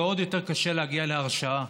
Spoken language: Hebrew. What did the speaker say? ועוד יותר קשה להגיע להרשעה.